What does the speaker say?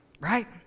right